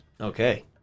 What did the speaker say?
Okay